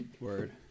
Word